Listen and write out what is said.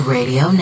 Radio